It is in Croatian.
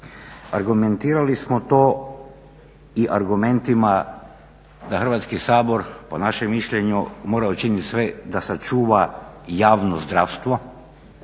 Argumentirali smo to i argumentima da Hrvatski sabor po našem mišljenju mora učinit sve da sačuva javno zdravstvo